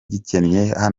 gikennye